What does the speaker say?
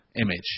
image